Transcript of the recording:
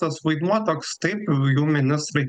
tas vaidmuo toks taip jų ministrai